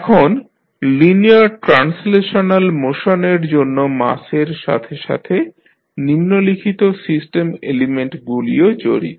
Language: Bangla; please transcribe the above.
এখন লিনিয়ার ট্রান্সলেশনাল মোশনের জন্য মাসের সাথে সাথে নিম্নলিখিত সিস্টেম এলিমেন্টগুলিও জড়িত